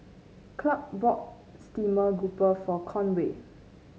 Clark bought stream grouper for Conway